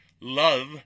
love